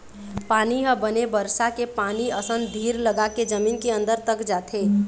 पानी ह बने बरसा के पानी असन धीर लगाके जमीन के अंदर तक जाथे